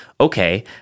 okay